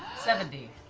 seventy.